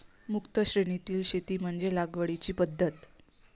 मुक्त श्रेणीतील शेती म्हणजे लागवडीची पद्धत